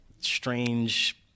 strange